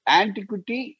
antiquity